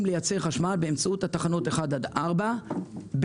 לייצר חשמל באמצעות תחנות 1 עד 4 בפחם.